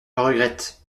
regrette